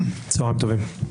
צוהריים טובים.